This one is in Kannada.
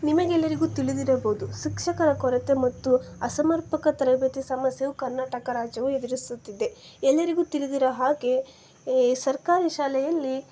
ನಿಮಗೆಲ್ಲರಿಗೂ ತಿಳಿದಿರಬೋದು ಶಿಕ್ಷಕರ ಕೊರತೆ ಮತ್ತು ಅಸಮರ್ಪಕ ತರಬೇತಿ ಸಮಸ್ಯೆಯು ಕರ್ನಾಟಕ ರಾಜ್ಯವು ಎದುರಿಸುತ್ತಿದೆ ಎಲ್ಲರಿಗೂ ತಿಳಿದಿರೊ ಹಾಗೆ ಈ ಸರ್ಕಾರಿ ಶಾಲೆಯಲ್ಲಿ